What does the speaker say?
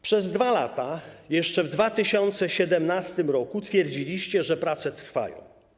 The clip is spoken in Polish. Przez 2 lata, jeszcze w 2017 r., twierdziliście, że prace trwają.